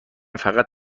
فقط